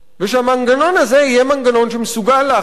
ושהמנגנון הזה יהיה מנגנון שמסוגל להחליט,